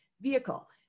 vehicle